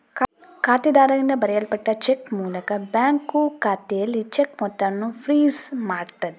ಖಾತೆದಾರರಿಂದ ಬರೆಯಲ್ಪಟ್ಟ ಚೆಕ್ ಮೂಲಕ ಬ್ಯಾಂಕು ಖಾತೆಯಲ್ಲಿ ಚೆಕ್ ಮೊತ್ತವನ್ನ ಫ್ರೀಜ್ ಮಾಡ್ತದೆ